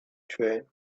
train